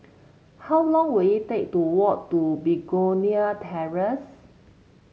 how long will it take to walk to Begonia Terrace